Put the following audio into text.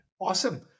Awesome